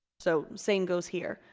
so same goes here.